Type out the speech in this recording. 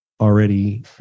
already